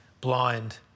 blind